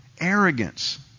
Arrogance